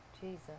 jesus